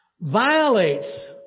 violates